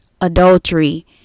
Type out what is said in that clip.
adultery